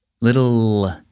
little